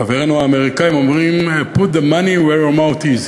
חברינו האמריקנים אומרים: Put the money where your mouth is.